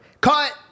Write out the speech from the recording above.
cut